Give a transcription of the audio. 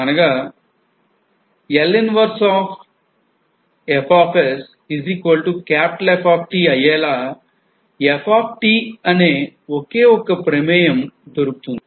అనగా L 1 fF అయ్యేలా F అనే ఒకే ఒక్క ప్రమేయం దొరుకుతుంది